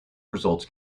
results